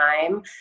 time